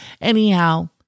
anyhow